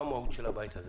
הוא המהות של הבית הזה.